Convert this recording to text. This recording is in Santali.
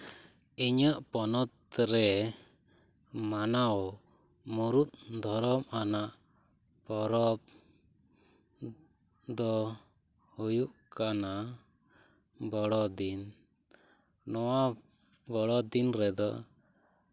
ᱤᱧᱟᱹᱜ ᱯᱚᱱᱚᱛᱨᱮ ᱢᱟᱱᱟᱣ ᱢᱩᱬᱩᱫ ᱫᱷᱚᱨᱚᱢ ᱟᱱᱟᱜ ᱯᱚᱨᱚᱵᱽ ᱫᱚ ᱦᱩᱭᱩᱜ ᱠᱟᱱᱟ ᱵᱚᱲᱚ ᱫᱤᱱ ᱱᱚᱣᱟ ᱵᱚᱲᱚᱫᱤᱱ ᱨᱮᱫᱚ